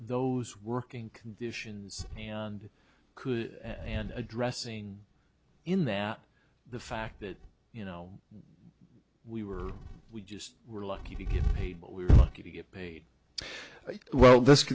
those working conditions and could and addressing in that the fact that you know we were we just were lucky to get paid but we're lucky to get paid well this